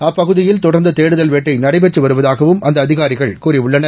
அப்பகுதியில் தொடர்ந்து தேடுதல் வேட்டை நடைபெற்று வருவதாகவும் அந்த அதிகாரிகள் கூறியுள்ளனர்